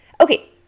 Okay